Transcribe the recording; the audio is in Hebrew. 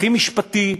הכי משפטי,